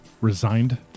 Resigned